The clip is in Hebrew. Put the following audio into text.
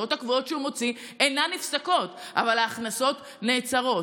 ההוצאות הקבועות שהוא מוציא אינן נפסקות אבל ההכנסות נעצרות.